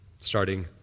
starting